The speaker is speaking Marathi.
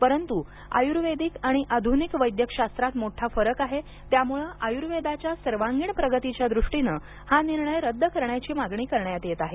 परंतू आयुर्वेद आणि अधुनिक वैद्यकशास्त्रात मोठा फरक आहे त्यामुळ आयुर्वेदाच्या सर्वांगिण प्रगतीच्या दृष्टीने हा निर्णय रद्द करण्याची मागणी करण्यात येत आहे